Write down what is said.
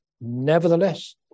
nevertheless